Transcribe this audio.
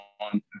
on